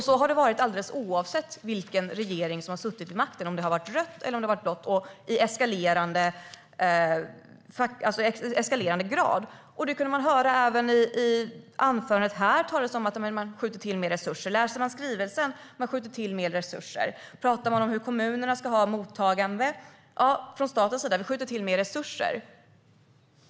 Så har det varit alldeles oavsett vilken regering - röd eller blå - som suttit vid makten, dessutom i eskalerande grad. Även Annelie Karlsson talar här om att man skjuter till mer resurser. I skrivelsen står det att man skjuter till mer resurser. Pratas det om kommunernas mottagande säger man att staten skjuter till mer resurser.